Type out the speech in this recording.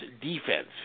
defense